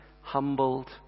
humbled